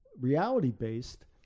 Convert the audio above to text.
reality-based